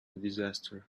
disaster